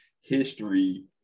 history